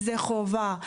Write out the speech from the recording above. זה חובה.